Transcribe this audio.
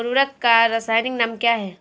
उर्वरक का रासायनिक नाम क्या है?